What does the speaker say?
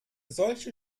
solche